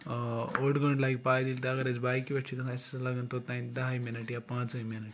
اوٚڑ گٲنٛٹہٕ لَگہِ پَیدٔلۍ تہِ اگر أسۍ بایِکہِ پٮ۪ٹھ چھِ گژھان أسۍ حظ لَگَن توٚتانۍ دَہَے مِنَٹ یا پنٛژَے مِنَٹ